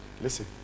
listen